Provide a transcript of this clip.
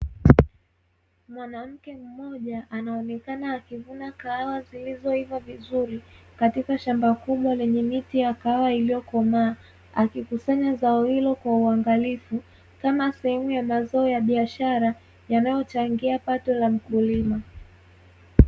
Mwanamke mmoja anaonekana akivuna kahawa zilizoiva vizuri katika shamba kubwa lenye miti yakahawa iliyokomaa, akikusanya zao hilo kwa uangalifu kama sehemu ya mazao ya biashara yanayochangia pato la mkulima.